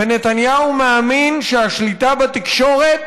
ונתניהו מאמין שהשליטה בתקשורת